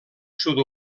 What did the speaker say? sud